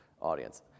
audience